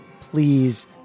please